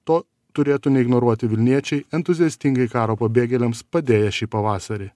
to turėtų neignoruoti vilniečiai entuziastingai karo pabėgėliams padėję šį pavasarį